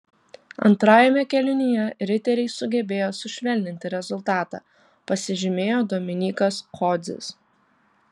antrajame kėlinyje riteriai sugebėjo sušvelninti rezultatą pasižymėjo dominykas kodzis